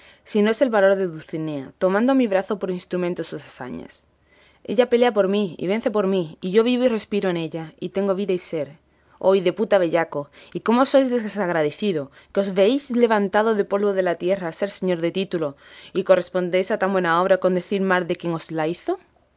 si no es el valor de dulcinea tomando a mi brazo por instrumento de sus hazañas ella pelea en mí y vence en mí y yo vivo y respiro en ella y tengo vida y ser oh hideputa bellaco y cómo sois desagradecido que os veis levantado del polvo de la tierra a ser señor de título y correspondéis a tan buena obra con decir mal de quien os la hizo